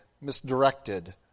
misdirected